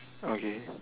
okay